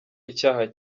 icyaha